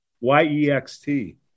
Y-E-X-T